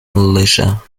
militia